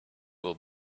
will